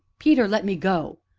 peter let me go.